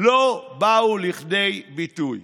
לא באו לכדי ביטוי.